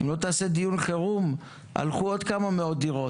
אם לא תעשה דיון חירום הלכו עוד כמה מאות דירות.